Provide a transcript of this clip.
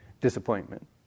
disappointment